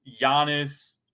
Giannis